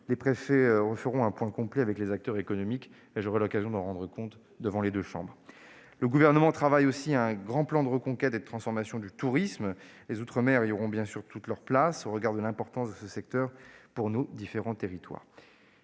les préfets referont un point complet avec les acteurs économiques. J'aurai l'occasion d'en rendre compte devant les deux assemblées. Le Gouvernement travaille aussi à un grand plan de reconquête et de transformation du tourisme. Les outre-mer y auront bien sûr toute leur place au regard de l'importance de ce secteur. Vous nous voyez